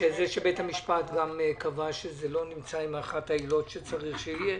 שבית המשפט קבע שלא נמצאה אחת העילות שצריכה להיות,